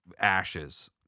ashes